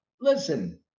Listen